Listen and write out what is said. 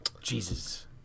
Jesus